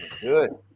Good